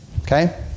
Okay